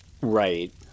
Right